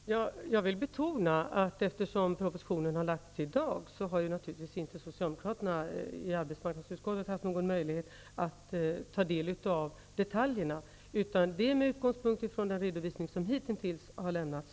Fru talman! Jag vill betona, eftersom propositionen har lagts fram i dag, att socialdemokraterna i arbetsmarknadsutskottet inte har haft någon möjlighet att ta del av detaljerna. Jag reagerar med utgångspunkt i den redovisning som hittills har lämnats.